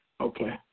Okay